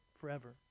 forever